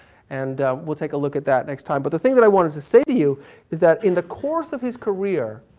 and we'll take a look at that next time. but the thing i wanted to say to you is that in the course of his career,